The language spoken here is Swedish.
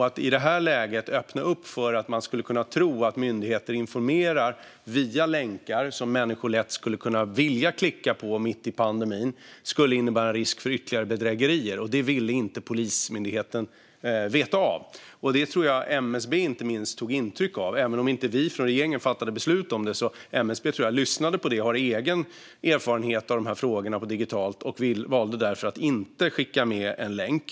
Att i det här läget öppna upp för att man skulle kunna tro att myndigheter informerar via länkar som människor lätt skulle kunna vilja klicka på, mitt i pandemin, skulle innebära risk för ytterligare bedrägerier, och det ville inte Polismyndigheten veta av. Jag tror att inte minst MSB tog intryck av detta. Även om inte vi från regeringen fattade beslut om det lyssnade MSB på detta. De har också egen erfarenhet av de här frågorna digitalt och valde därför att inte skicka med en länk.